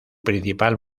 principal